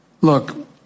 Look